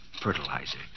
fertilizer